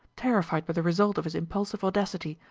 terrified by the result of his impulsive audacity,